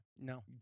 no